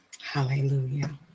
Hallelujah